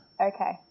Okay